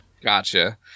gotcha